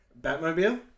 Batmobile